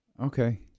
Okay